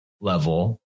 level